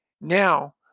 Now